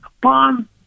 bomb